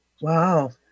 Wow